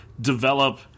develop